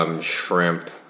Shrimp